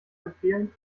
empfehlen